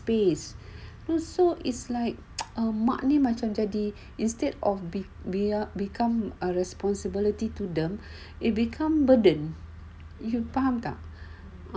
peace also it's like um mak ni macam jadi macam you know instead of become a responsibility to them it become burden you faham tak